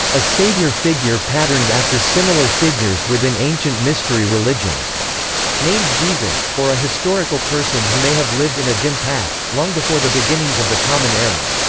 a savior figure patterned after similar figures within ancient mystery religions named jesus or a historical person who may have lived in a dim past, long before the beginnings of the common era.